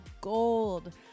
gold